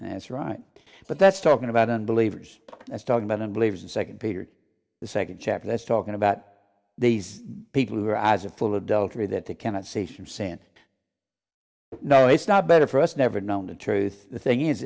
that's right but that's talking about unbelievers as talking about unbelievers and second peter the second chapter that's talking about these people who are as a full adultery that they cannot say shame san no it's not better for us never known the truth the thing is